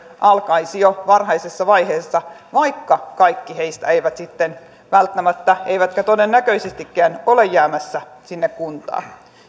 alkaisi jo varhaisessa vaiheessa vaikka kaikki heistä eivät sitten välttämättä eivätkä todennäköisestikään ole jäämässä sinne kuntaan